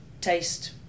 taste